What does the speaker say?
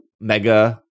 mega